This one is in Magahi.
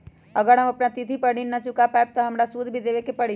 अगर हम अपना तिथि पर ऋण न चुका पायेबे त हमरा सूद भी देबे के परि?